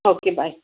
okay bye